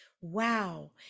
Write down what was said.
wow